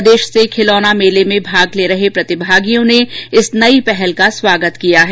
प्रदेश से खिलौना मेले में भाग ले रहे प्रतिभागियों ने इस नई पहल का स्वागत किया है